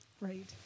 Right